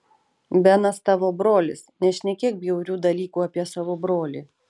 benas tavo brolis nešnekėk bjaurių dalykų apie savo brolį